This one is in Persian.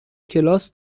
کلاس